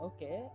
Okay